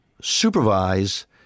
supervise